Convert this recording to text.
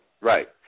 right